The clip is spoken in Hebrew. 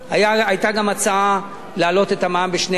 היתה גם הצעה להעלות את המע"מ ב-2%,